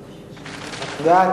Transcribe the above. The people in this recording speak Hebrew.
למשרתים בשירות צבאי או לאומי,